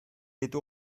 yedi